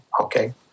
okay